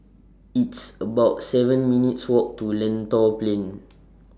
It's about seven minutes' Walk to Lentor Plain